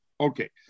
Okay